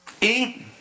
Eat